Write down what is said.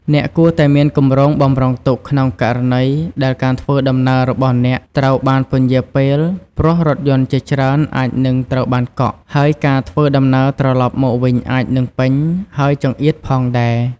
អ្នកគួរតែមានគម្រោងបម្រុងទុកក្នុងករណីដែលការធ្វើដំណើររបស់អ្នកត្រូវបានពន្យារពេលព្រោះ រថយន្តជាច្រើនអាចនឹងត្រូវបានកក់ ហើយការធ្វើដំណើរត្រឡប់មកវិញអាចនឹងពេញ ហើយចង្អៀតផងដែរ។